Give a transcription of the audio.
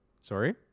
sorry